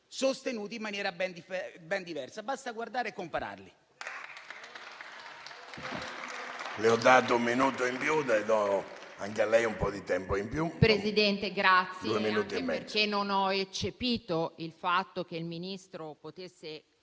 sostenuti in maniera ben diversa. Basta guardare e compararli.